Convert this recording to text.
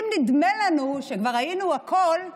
אם נדמה לנו שכבר ראינו הכול,